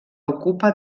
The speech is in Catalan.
ocupa